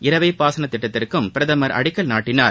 இறவை பாசன திட்டத்திற்கும் பிரதமர் அடிக்கல் நாட்டினார்